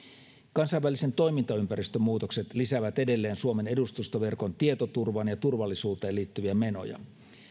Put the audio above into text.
kansainvälisen toimintaympäristön muutokset lisäävät edelleen suomen edustustoverkon tietoturvaan ja turvallisuuteen liittyviä menoja